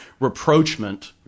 reproachment